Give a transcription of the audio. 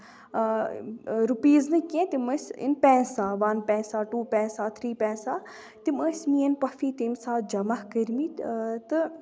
rupees نہٕ کیٚنٛہہ تِم ٲسۍ in paisa one paisa two paisa three paisa تِم ٲسۍ میٲنۍ پۄپھِ تَمہِ ساتہٕ جمع کٔرمٕتۍ تہٕ